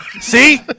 See